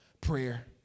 Prayer